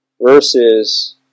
versus